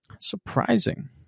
surprising